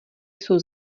jsou